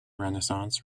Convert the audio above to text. renaissance